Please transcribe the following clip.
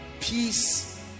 peace